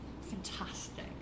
fantastic